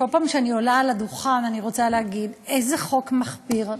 בכל פעם שאני עולה על הדוכן אני רוצה להגיד: איזה חוק מחפיר,